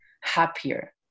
happier